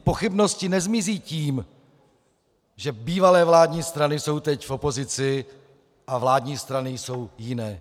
Pochybnosti nezmizí tím, že bývalé vládní strany jsou teď v opozici a vládní strany jsou jiné.